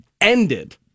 ended